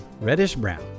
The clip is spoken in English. reddish-brown